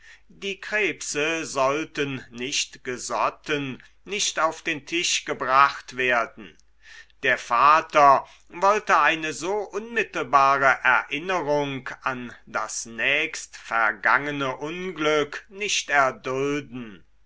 die krebse sollten nicht gesotten nicht auf den tisch gebracht werden der vater wollte eine so unmittelbare erinnerung an das nächstvergangene unglück nicht erdulden